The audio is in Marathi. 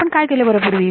आपण काय केले बरे पूर्वी